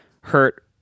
hurt